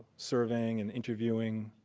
surveying and interviewing